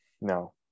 No